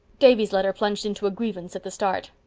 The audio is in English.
davy's letter plunged into a grievance at the start.